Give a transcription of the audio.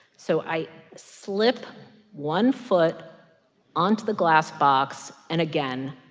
so i slip one foot on to the glass box. and again,